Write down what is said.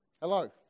Hello